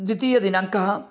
द्वितीयदिनाङ्कः